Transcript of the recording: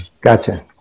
Gotcha